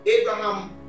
Abraham